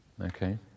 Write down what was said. okay